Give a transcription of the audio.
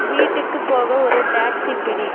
வீட்டுக்குப் போக ஒரு டேக்ஸி பிடி